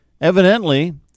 Evidently